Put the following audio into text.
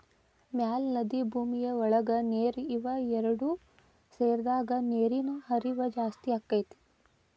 ಮ್ಯಾಲ ನದಿ ಭೂಮಿಯ ಒಳಗ ನೇರ ಇವ ಎರಡು ಸೇರಿದಾಗ ನೇರಿನ ಹರಿವ ಜಾಸ್ತಿ ಅಕ್ಕತಿ